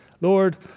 Lord